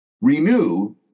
Renew